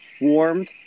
Warmed